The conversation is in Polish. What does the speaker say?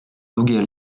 długie